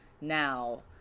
now